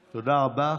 ידוע.